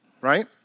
right